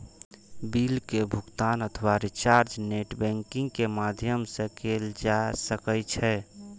bill के भुगातन अथवा रिचार्ज नेट बैंकिंग के माध्यम सं कैल जा सकै छै